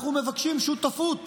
אנחנו מבקשים שותפים.